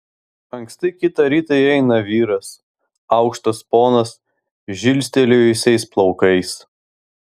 anksti kitą rytą įeina vyras aukštas ponas žilstelėjusiais plaukais